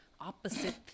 opposite